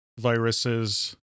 viruses